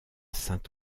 saint